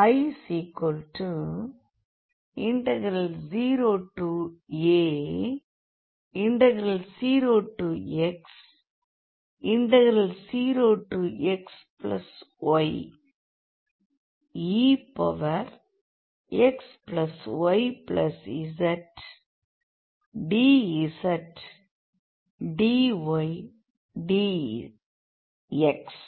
I0a0x0xyexyzdzdydx